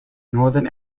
northern